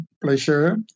pleasure